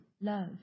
love